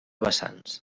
vessants